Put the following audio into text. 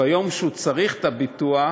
וביום שהוא צריך את הביטוח,